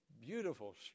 beautiful